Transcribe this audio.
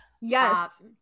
Yes